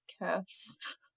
curse